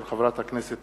של חברת הכנסת